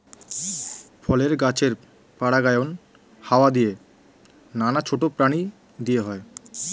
ফলের গাছের পরাগায়ন হাওয়া দিয়ে, নানা ছোট প্রাণী দিয়ে হয়